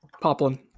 Poplin